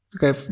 Okay